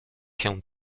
się